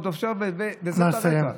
נא לסיים.